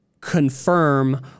confirm